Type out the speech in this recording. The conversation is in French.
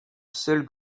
seul